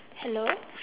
hello